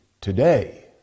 Today